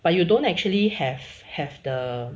but you don't actually have have the